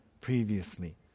previously